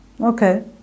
Okay